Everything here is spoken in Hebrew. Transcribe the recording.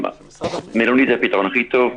-- אבל מלונית זה הפתרון הכי טוב,